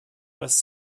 was